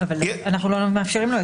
-- אבל אנחנו לא מאפשרים לו את זה.